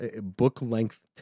book-length